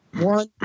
One